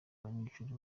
abanyeshuli